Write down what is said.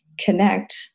connect